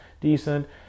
decent